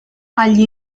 agli